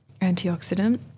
antioxidant